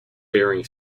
bearing